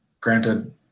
Granted